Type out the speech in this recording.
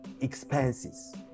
expenses